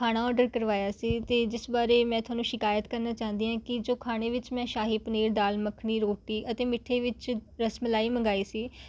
ਖਾਣਾ ਓਰਡਰ ਕਰਵਾਇਆ ਸੀ ਅਤੇ ਜਿਸ ਬਾਰੇ ਮੈਂ ਤੁਹਾਨੂੰ ਸ਼ਿਕਾਇਤ ਕਰਨਾ ਚਾਹੁੰਦੀ ਹਾਂ ਕਿ ਜੋ ਖਾਣੇ ਵਿੱਚ ਮੈਂ ਸ਼ਾਹੀ ਪਨੀਰ ਦਾਲ ਮੱਖਣੀ ਰੋਟੀ ਅਤੇ ਮਿੱਠੇ ਵਿੱਚ ਰਸਮਲਾਈ ਮੰਗਵਾਈ ਸੀ